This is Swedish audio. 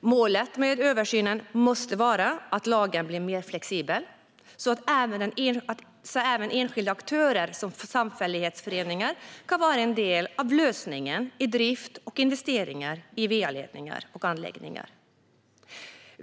Målet med översynen måste vara att lagen blir mer flexibel så att även enskilda aktörer som samfällighetsföreningar kan vara en del av lösningen i drift och investeringar i va-ledningar och anläggningar.